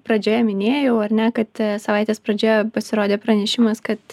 pradžioje minėjau ar ne kad savaitės pradžioje pasirodė pranešimas kad